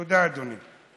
תודה, אדוני.